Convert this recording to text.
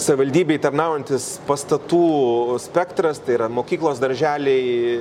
savivaldybei tarnaujantis pastatų spektras tai yra mokyklos darželiai